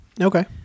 Okay